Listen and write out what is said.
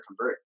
convert